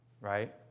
right